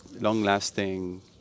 long-lasting